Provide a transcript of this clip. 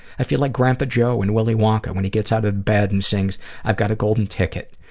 i feel like grandpa joe in willy wonka when he gets out of bed and sings i've got a golden ticket.